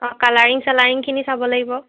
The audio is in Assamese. অঁ কালাৰিং চালাৰিংখিনি চাব লাগিব